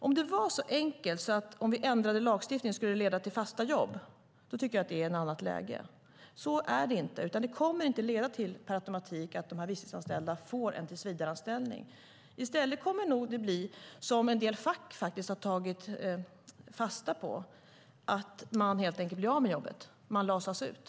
Om det vore så enkelt som att en ändring av lagstiftningen skulle leda till fasta jobb vore vi i ett annat läge. Så är det inte. Det kommer inte per automatik att leda till att de visstidsanställda får en tillsvidareanställning. I stället kommer det nog att bli så som en del fack påpekat, att man helt enkelt blir av med jobbet, lasas ut.